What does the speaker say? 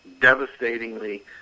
devastatingly